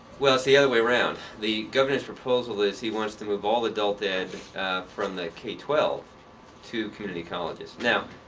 well, it's the other way around. the governor's proposal is he wants to move all adult ed from the k twelve to community colleges. now,